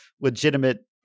legitimate